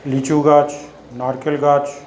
লিচু গাছ নারকেল গাছ